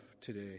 today